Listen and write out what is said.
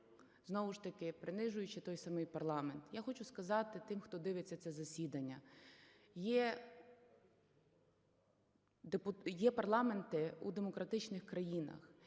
знову ж таки принижуючи той самий парламент. Я хочу сказати тим, хто дивиться це засідання. Є парламенти у демократичних країнах,